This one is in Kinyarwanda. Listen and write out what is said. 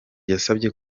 yasabye